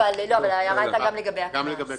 ההערה הייתה גם לגבי הקנס.